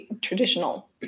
traditional